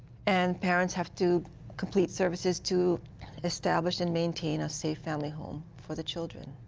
and parents have to complete services to establish and maintain a safe family home. for the children.